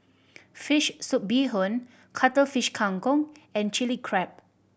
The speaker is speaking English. fish soup bee hoon Cuttlefish Kang Kong and Chilli Crab